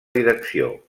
direcció